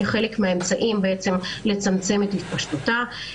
כחלק מהאמצעים לצמצם את התפשטותה.